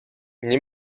nie